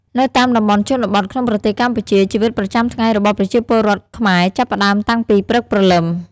នៅតាមតំបន់ជនបទក្នុងប្រទេសកម្ពុជា ជីវិតប្រចាំថ្ងៃរបស់ប្រជាពលរដ្ឋខ្មែរចាប់ផ្ដើមតាំងពីព្រឹកព្រលឹម។